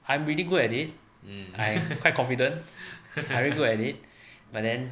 I'm really good at it I quite confident I'm every good at it but then